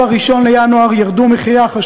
אז אני אגיד לכם